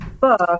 book